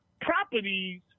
properties